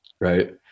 right